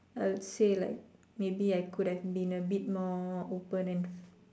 I'll say like maybe I could have been a bit more open and